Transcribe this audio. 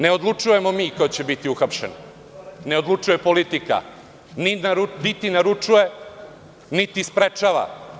Ne odlučujemo mi ko će biti uhapšen, ne odlučuje politika, niti naručuje, niti sprečava.